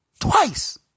Twice